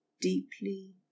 deeply